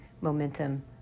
momentum